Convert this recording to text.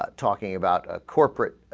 um talking about ah corporate ah.